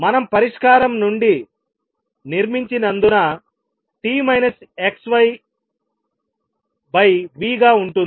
మనం పరిష్కారం నుండి నిర్మించినందున t xv గా ఉంటుంది